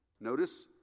notice